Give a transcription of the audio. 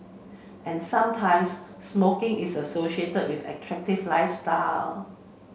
and sometimes smoking is associated with attractive lifestyle